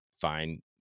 fine